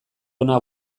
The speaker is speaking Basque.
ona